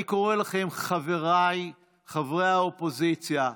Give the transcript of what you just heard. אני קורא לכם, חבריי חברי האופוזיציה,